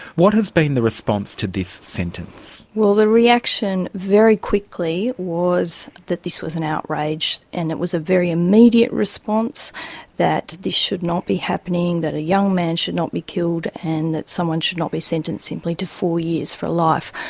what has been the response to this sentence? well, the reaction very quickly was that this was an outrage. and it was a very immediate response that this should not be happening, that a young man should not be killed and that someone should not be sentenced simply to four years for a life.